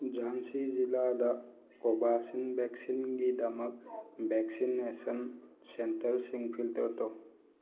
ꯖꯥꯟꯁꯤ ꯖꯤꯂꯥꯗ ꯀꯣꯕꯥꯛꯁꯤꯟ ꯕꯦꯛꯁꯤꯟ ꯒꯤꯗꯃꯛ ꯕꯦꯛꯁꯤꯅꯦꯁꯟ ꯁꯦꯟꯇꯔꯁꯤꯡ ꯐꯤꯜꯇꯔ ꯇꯧ